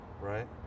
right